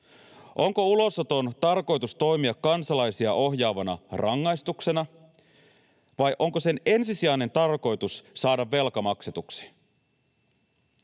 Onko ulosoton tarkoitus toimia kansalaisia ohjaavana rangaistuksena, vai onko sen ensisijainen tarkoitus saada velka maksetuksi?